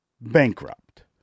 bankrupt